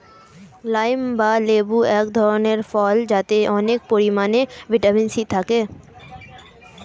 lime বা লেবু এক ধরনের ফল যাতে অনেক পরিমাণে ভিটামিন সি থাকে